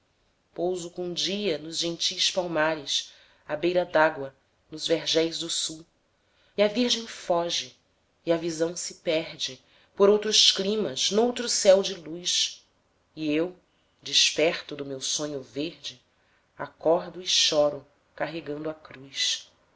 pouso com dia nos gentis palmares à beira dágua nos vergéis do sul e a virgem foge e a visão se perde por outros climas noutro céu de luz e eu desperto do meu sonho verde acordo e choro carregando a cruz